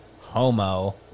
homo